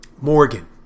Morgan